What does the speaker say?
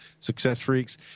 successfreaks